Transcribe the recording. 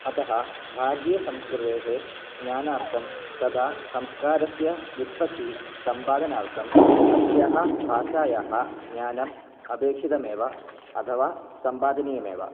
अतः भारतीयसंस्कृतेः ज्ञानार्थं तथा संस्कारस्य व्युत्पत्तिसम्पादनार्थम् अस्याः भाषायाः ज्ञानम् अपेक्षितमेव अथवा सम्पादनीयमेव